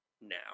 now